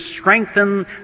strengthen